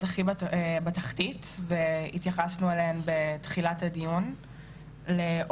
הכי "בתחתית" והתייחסנו אליהן בתחילת הדיון ואלו הן